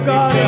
God